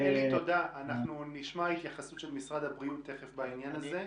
אנחנו נשמע בהמשך את התייחסות משרד הבריאות לעניין הזה.